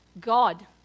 God